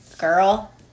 girl